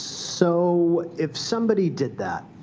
so if somebody did that,